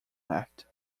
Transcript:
left